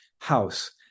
house